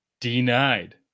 Denied